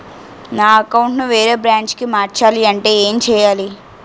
నా అకౌంట్ ను వేరే బ్రాంచ్ కి మార్చాలి అంటే ఎం చేయాలి?